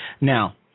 now